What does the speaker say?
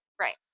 Right